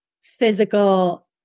physical